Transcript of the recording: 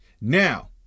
now